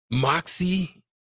moxie